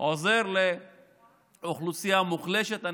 שעוזר לאוכלוסייה המוחלשת.